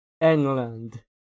England